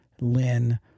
Lynn